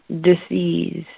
disease